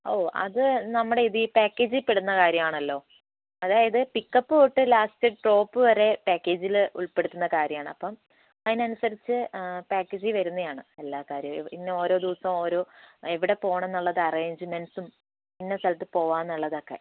ഓഹ് അത് നമ്മുടെ ഇത് ഈ പാക്കേജിൽപ്പെടുന്ന കാര്യമാണല്ലോ അതായത് പിക്കപ്പ് തൊട്ട് ലാസ്റ്റ് ഡ്രോപ്പ് വരെ പാക്കേജിൽ ഉൾപ്പെടുത്തുന്ന കാര്യമാണ് അപ്പം അതിനനുസരിച്ച് പാക്കേജിൽ വരുന്നതാണ് എല്ലാകാര്യവും ഇന്ന ഓരോ ദിവസവും ഓരോ എവിടെ പോകണം എന്നുള്ള അറേഞ്ച്മെൻ്റ്സും ഇന്ന സ്ഥലത്ത് പോകാമെന്നുള്ളതൊക്കെ